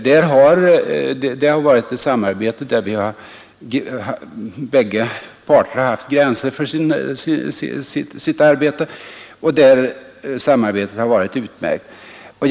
Det har varit ett samarbete där båda parter haft gränser för sin verksamhet, och samarbetet har som sagt varit utmärkt.